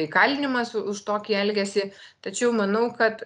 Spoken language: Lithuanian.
įkalinimas už tokį elgesį tačiau manau kad